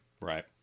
Right